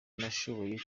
nashoboye